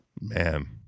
man